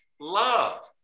love